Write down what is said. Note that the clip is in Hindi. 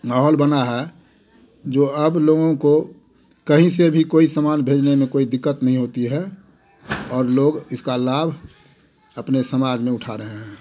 माहौल बना है जो अब लोगों को कहीं से भी कोई सामान भेजने में कोई दिक्कत नहीं होती है और लोग इसका लाभ अपने समाज में उठा रहे हैं